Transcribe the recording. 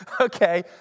okay